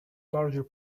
larger